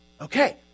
Okay